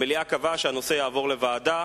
המליאה קבעה שהנושא יעבור לוועדה.